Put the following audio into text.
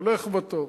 הולך וטוב.